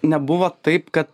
nebuvo taip kad